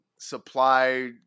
supply